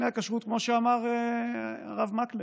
כמו שאמר הרב מקלב,